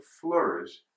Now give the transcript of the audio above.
flourish